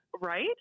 right